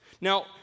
Now